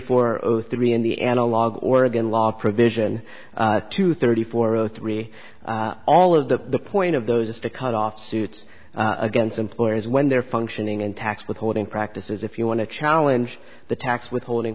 four three in the analog oregon law provision two thirty four zero three all of the point of those is to cut off suit against employers when they're functioning in tax withholding practices if you want to challenge the tax withholding